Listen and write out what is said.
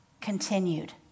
continued